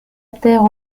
terre